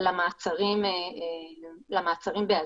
למעצרים באזיק.